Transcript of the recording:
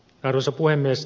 arvoisa puhemies